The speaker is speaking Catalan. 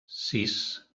sis